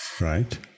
Right